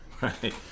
Right